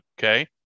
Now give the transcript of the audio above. Okay